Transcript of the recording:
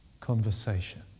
conversation